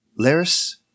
Laris